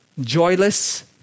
joyless